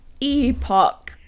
Epoch